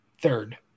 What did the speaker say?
Third